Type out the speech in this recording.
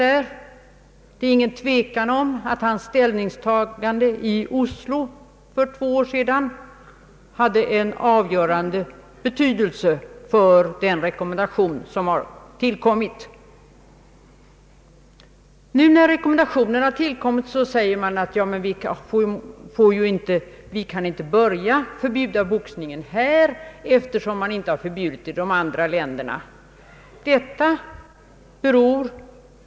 Det råder inget tvivel om att hans ställningstagande i Oslo för två år sedan hade en avgörande betydelse för den rekommendation, som sedan har gjorts. När nu rekommendationen har utfärdats, säger man att vi inte kan börja förbjuda boxningen här, eftersom man inte förbjudit den i grannländerna.